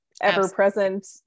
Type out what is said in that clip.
ever-present